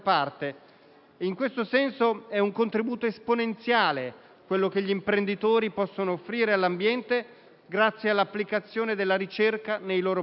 in questo senso è un contributo esponenziale quello che gli imprenditori possono offrire all'ambiente grazie all'applicazione della ricerca nei loro prodotti.